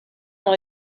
dans